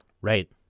Right